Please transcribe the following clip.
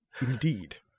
Indeed